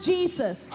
Jesus